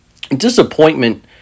disappointment